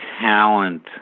talent